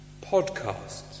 podcasts